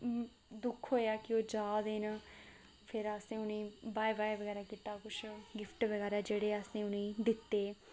दुख होएआ कि ओह् जा देन फिर असें उ'नें गी बाय बाय बगैरा कीता किश गिफ्ट बगैरा जेह्ड़े असें उ'नें गी दित्ते